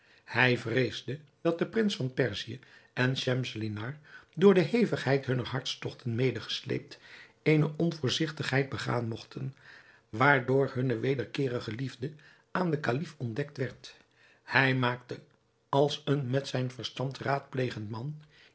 hij vreesde dat de prins van perzië en schemselnihar door de hevigheid hunner hartstogten medegesleept eene onvoorzigtigheid begaan mogten waardoor hunne wederkeerige liefde aan den kalif ontdekt werd hij maakte als een met zijn verstand raadplegend man